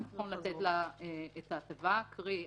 שנכון לתת לה את ההטבה, קרי,